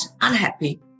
unhappy